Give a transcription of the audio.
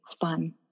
fun